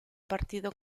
partido